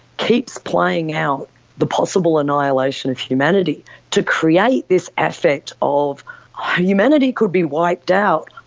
keeps playing out the possible annihilation of humanity to create this aspect of ah humanity could be wiped out,